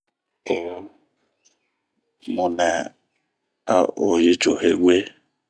Oh mu nɛ a o yi co'hegue.